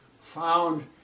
found